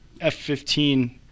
F-15